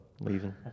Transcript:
leaving